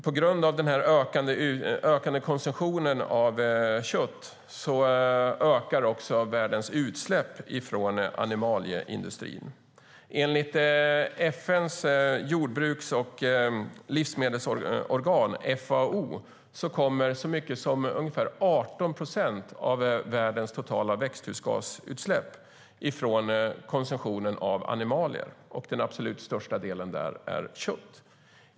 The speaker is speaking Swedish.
På grund av den ökande konsumtionen av kött ökar också världens utsläpp från animalieindustrin. Enligt FN:s jordbruks och livsmedelsorgan, FAO, kommer så mycket som ungefär 18 procent av världens totala växthusgasutsläpp från konsumtionen av animalier, och den absolut största delen där är kött.